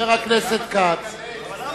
למה